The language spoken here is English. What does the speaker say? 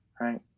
Right